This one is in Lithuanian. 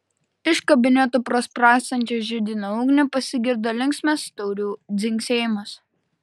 iš kabineto pro spragsinčią židinio ugnį pasigirdo linksmas taurių dzingsėjimas